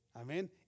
Amen